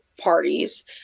parties